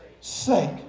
sake